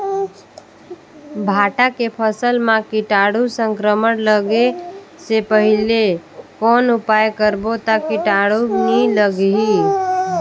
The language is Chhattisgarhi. भांटा के फसल मां कीटाणु संक्रमण लगे से पहले कौन उपाय करबो ता कीटाणु नी लगही?